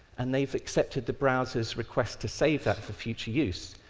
and they've accepted the browser's request to save that for future use,